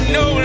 no